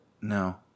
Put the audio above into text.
no